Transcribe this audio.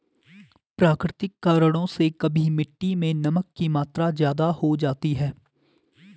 प्राकृतिक कारणों से कभी मिट्टी मैं नमक की मात्रा ज्यादा हो जाती है